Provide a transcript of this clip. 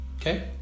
Okay